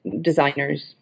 designers